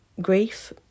grief